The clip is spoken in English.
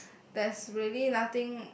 there's really nothing